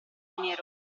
nero